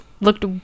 looked